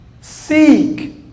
Seek